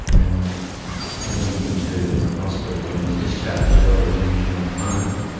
and went into hospital and was discharged early, and when he came home,